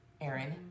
Aaron